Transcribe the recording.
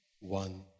one